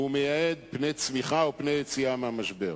והוא מייעד פני צמיחה, או פני יציאה מהמשבר.